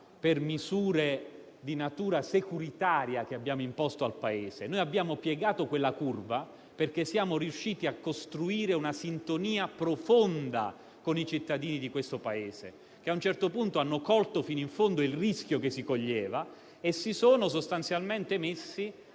di misure di natura securitaria che abbiamo imposto al Paese; abbiamo piegato quella curva perché siamo riusciti a costruire una sintonia profonda con i cittadini di questo Paese, che a un certo punto hanno colto fino in fondo il rischio che si correva e si sono sostanzialmente messi